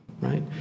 right